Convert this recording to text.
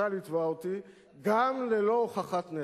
גם ללא הוכחת נזק.